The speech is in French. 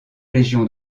légion